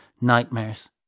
nightmares